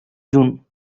june